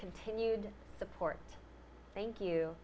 continued support thank you